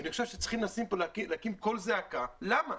אני חושב שצריך להרים כאן קול זעקה ולשאול למה.